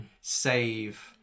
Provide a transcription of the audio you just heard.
save